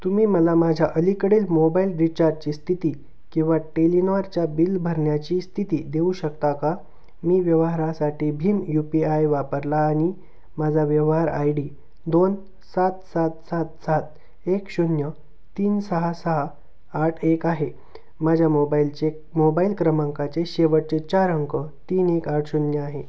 तुम्ही मला माझ्या अलीकडील मोबाईल रिचार्जची स्थिती किंवा टेलिनॉरच्या बिल भरण्याची स्थिती देऊ शकता का मी व्यवहारासाठी भीम यू पी आय वापरला आणि माझा व्यवहार आय डी दोन सात सात सात सात एक शून्य तीन सहा सहा आठ एक आहे माझ्या मोबाईलचे मोबाईल क्रमांकाचे शेवटचे चार अंक तीन एक आठ शून्य आहे